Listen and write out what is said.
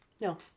No